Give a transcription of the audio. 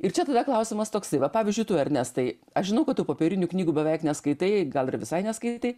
ir čia tada klausimas toksai va pavyzdžiui tu ernestai aš žinau kad tu popierinių knygų beveik neskaitai gal ir visai neskaitai